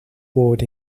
board